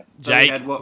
Jake